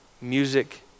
music